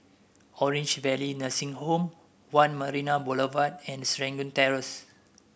Orange Valley Nursing Home One Marina Boulevard and Serangoon Terrace